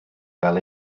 gael